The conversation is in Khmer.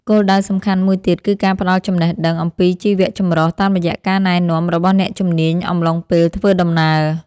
គោលដៅសំខាន់មួយទៀត គឺការផ្ដល់ចំណេះដឹងអំពីជីវៈចម្រុះ តាមរយៈការណែនាំរបស់អ្នកជំនាញអំឡុងពេលធ្វើដំណើរ។